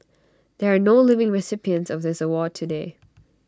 there are no living recipients of this award today